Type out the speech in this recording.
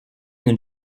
une